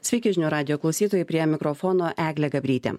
sveiki žinių radijo klausytojai prie mikrofono eglė gabrytė